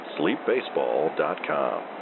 sleepbaseball.com